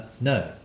No